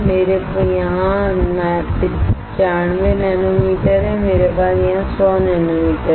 मेरे यहां 95 नैनोमीटर हैं मेरे पास यहां 100 नैनोमीटर हैं